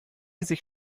sich